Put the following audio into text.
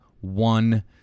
one